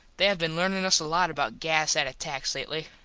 they have been learnin us a lot about gas at attacks lately.